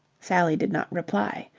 sally did not reply.